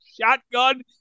shotgun